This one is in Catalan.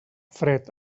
fred